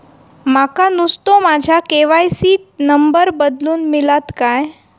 माका नुस्तो माझ्या के.वाय.सी त नंबर बदलून मिलात काय?